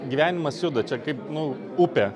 gyvenimas juda čia kaip nu upė